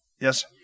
Yes